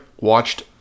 watched